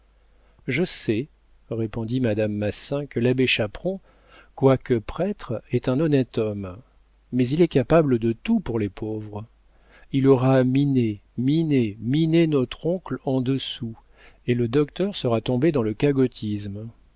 je sais répondit madame massin que l'abbé chaperon quoique prêtre est un honnête homme mais il est capable de tout pour les pauvres il aura miné miné miné notre oncle en dessous et le docteur sera tombé dans le cagotisme